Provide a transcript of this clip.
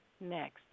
Next